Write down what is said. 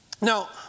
Now